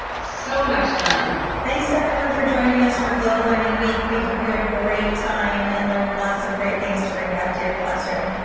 so much fun. thanks to everyone for joining us for global learning week. we hope you had a great time and learned lots of great things to bring back to your classroom.